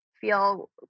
feel